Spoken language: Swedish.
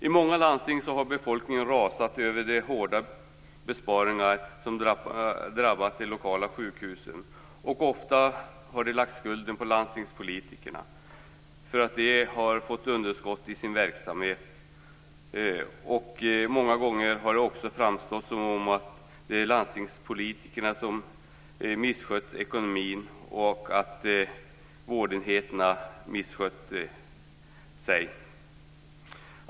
I många landsting har befolkningen rasat över de hårda besparingar som drabbat de lokala sjukhusen, och ofta har den lagt skulden på landstingspolitikerna för att dessa har fått underskott i sin verksamhet. Det har också många gånger framstått som om landstingspolitikerna misskött ekonomin och som om vårdenheterna misskött sig.